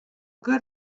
good